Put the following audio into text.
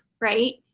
right